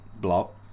block